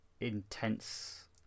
intense